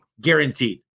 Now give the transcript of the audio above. Guaranteed